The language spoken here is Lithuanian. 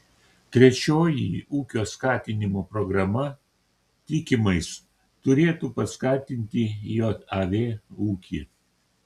trečioji ūkio skatinimo programa tikimais turėtų paskatinti jav ūkį